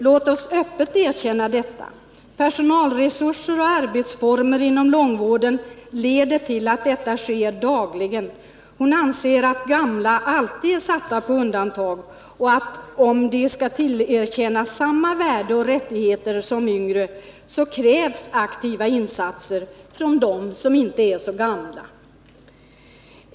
Låt oss öppet erkänna detta, säger hon vidare. Personalresurser och arbetsformer inom långvården leder till att sådant här sker dagligen. Elisabet Sjövall anser att alla gamla alltid är satta på undantag. Om de skall tillerkännas samma värde och rättigheter som de yngre, krävs aktiva insatser från dem som inte är så gamla.